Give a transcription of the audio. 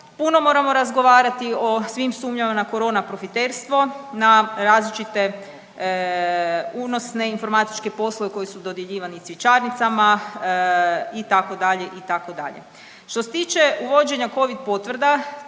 Puno moramo razgovarati o svim sumnjama na Corona profiterstvo na različite unosne informatičke poslove koji su dodjeljivani cvjećarnicama itd., itd. Što se tiče uvođenja Covid potvrda